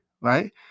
right